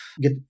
get